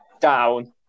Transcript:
down